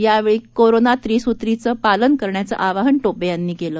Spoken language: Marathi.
यावेळी कोरोना त्रिसुत्रीचं पालन करण्याचं आवाहन ींपे यांनी केलं